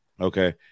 Okay